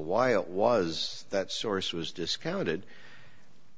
why it was that source was discounted